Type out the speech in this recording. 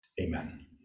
Amen